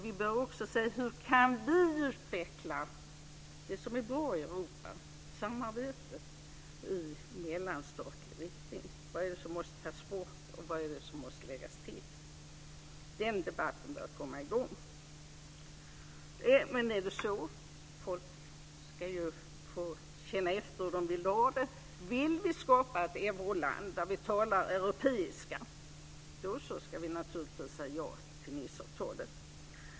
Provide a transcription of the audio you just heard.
Vi bör också se hur vi kan utveckla det som är bra i Europa, dvs. samarbetet i mellanstatlig riktning. Vad är det som måste tas bort, och vad måste läggas till? Den debatten bör komma i gång. Människor måste få känna efter hur de vill ha det. Vill vi skapa ett Euroland där vi talar europeiska ska vi naturligtvis säga ja till Niceavtalet.